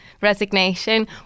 resignation